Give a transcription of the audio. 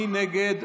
מי נגד?